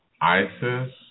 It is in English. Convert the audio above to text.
Isis